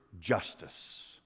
justice